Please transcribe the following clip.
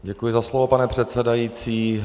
Děkuji za slovo, pane předsedající.